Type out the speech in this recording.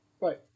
right